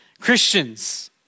Christians